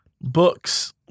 books